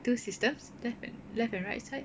two systems left left and right side